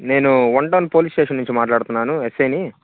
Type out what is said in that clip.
నేను one town police station నుంచి మాట్లాడుతున్నాను ఎస్ ఐని